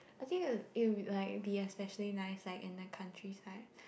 I think it'll it'll be like especially nice like in the countryside